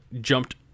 jumped